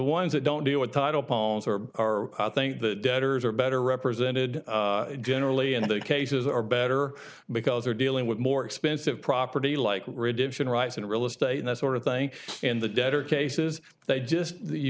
ones that don't deal with title poems or are i think the debtors are better represented generally and the cases are better because they're dealing with more expensive property like redemption rights and real estate and that sort of thing in the debtor cases they just you